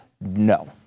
No